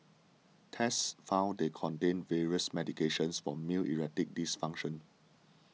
tests found they contained various medications for male erectile dysfunction